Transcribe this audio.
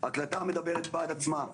והיא מדברת בעד עצמה.